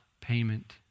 payment